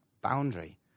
boundary